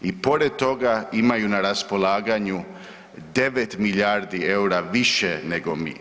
I pored toga imaju na raspolaganju 9 milijardi EUR-a više nego mi.